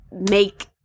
make